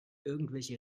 irgendwelche